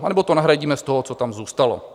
Anebo to nahradíme z toho, co tam zůstalo.